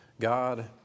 God